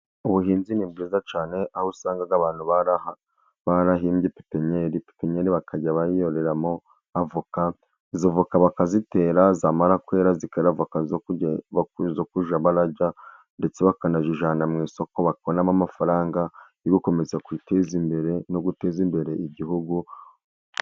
Ubuhinzi ni bwiza cyane aho usanga abantu barahimbye pipinyeri, pipinyeri bakajya bayororeramo avoka izo voka bakazitera, zamara kwera zikara avoka kujya barya ndetse bakanazijyana mu isoko, bakabonamo amafaranga yo gukomeza kwiteza imbere no guteza imbere igihugu.